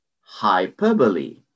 Hyperbole